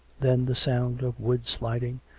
then the sound of wood sliding,